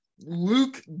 Luke